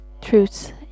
truths